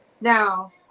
Now